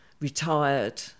retired